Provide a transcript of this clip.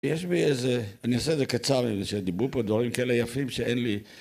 יש בי איזה... אני אעשה את זה קצר, שדיברו פה דברים כאלה יפים שאין לי...